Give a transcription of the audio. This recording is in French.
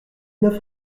neuf